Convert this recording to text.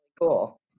cool